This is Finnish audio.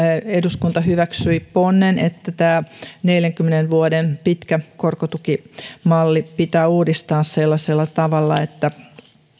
eduskunta siis hyväksyi ponnen että tämä neljänkymmenen vuoden pitkä korkotukimalli pitää uudistaa sellaisella tavalla että